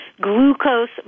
glucose